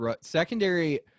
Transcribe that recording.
secondary